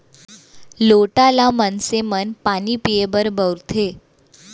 लोटा ल मनसे मन पानी पीए बर बउरथे